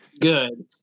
good